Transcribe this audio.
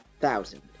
Thousand